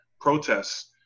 Protests